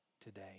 today